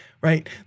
right